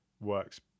works